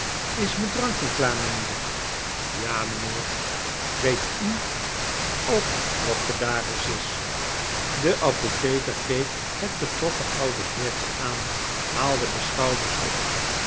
is m'n drankie klaar meneer ja meneer weet u ook wat pedaris is de apotheker keek het betrokken oude heertje aan haalde de schouders op